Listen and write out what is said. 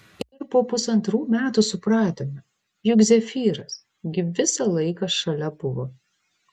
ir po pusantrų metų supratome juk zefyras gi visą laiką šalia buvo